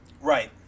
Right